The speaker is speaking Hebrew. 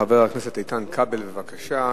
חבר הכנסת איתן כבל, בבקשה.